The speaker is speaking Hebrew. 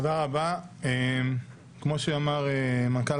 כמו שאמר המנכ"ל,